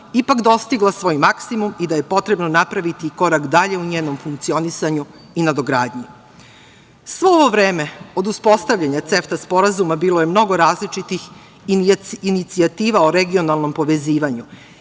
ipak dostigla svoj maksimum i da je potrebno napraviti korak dalje u njenom funkcionisanju i nadogradnji. Sve ovo vreme, od uspostavljanja CEFTA sporazuma, bilo je mnogo različitih inicijativa o regionalnom povezivanju.